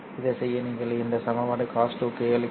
இதைச் செய்ய நீங்கள் இந்த சமன்பாட்டை cos2 κ L 0